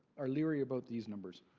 are leery about these numbers?